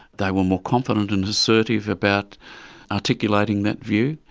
they were more confident and assertive about articulating that view.